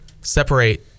separate